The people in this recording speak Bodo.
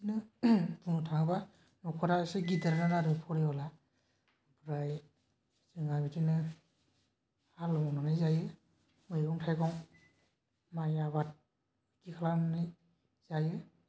बुंनो थाङोब्ला न'खरा इसे गिदिरानो आरो परियाला ओमफ्राय जोंहा बिदिनो हालेवनानै जायो मैगं थाइगं माइ आबाद बिदि खालामनानै जायो